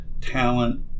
talent